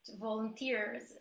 volunteers